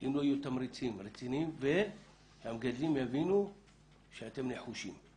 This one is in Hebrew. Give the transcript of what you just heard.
אם לא יהיו תמריצים רציניים והמגדלים יבינו שאתם נחושים.